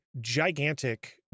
gigantic